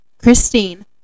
Christine